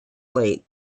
late